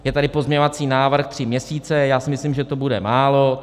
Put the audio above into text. Je tady pozměňovací návrh tři měsíce, já si myslím, že to bude málo.